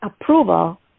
approval